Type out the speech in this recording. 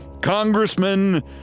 congressman